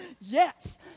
yes